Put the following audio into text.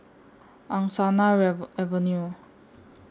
Angsana Avenue